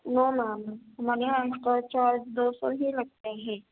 نو ma'am ہمارے یہاں extra charge دو سو ہی لگتے ہیں